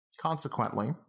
consequently